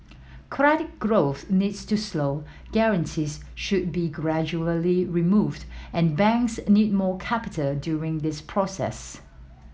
credit growth needs to slow guarantees should be gradually removed and banks need more capital during this process